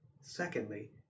Secondly